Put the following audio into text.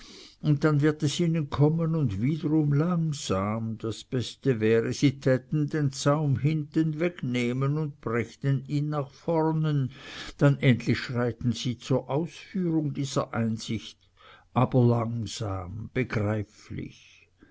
und dann wird es ihnen kommen und wiederum langsam das beste wäre sie täten den zaum hinten wegnehmen und brächten ihn nach vornen dann endlich schreiten sie zur ausführung dieser einsicht aber langsam begreiflich